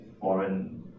foreign